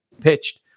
pitched